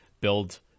Build